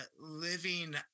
living